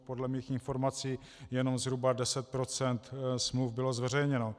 Podle mých informací jen zhruba 10 % smluv bylo zveřejněno.